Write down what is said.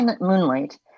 Moonlight